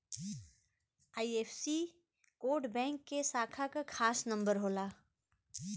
IFSC code bank के शाखा क खास नंबर होला